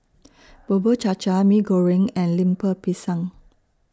Bubur Cha Cha Mee Goreng and Lemper Pisang